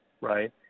right